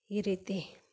ಈ ರೀತಿ